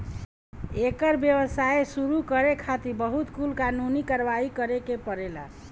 एकर व्यवसाय शुरू करे खातिर बहुत कुल कानूनी कारवाही करे के पड़ेला